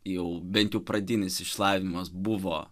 jau bent jau pradinis išsilavinimas buvo